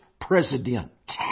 president